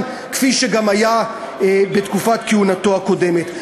כפי שגם היה בתקופת כהונתו הקודמת?